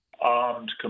armed